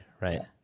right